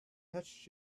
touched